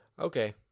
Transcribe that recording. Okay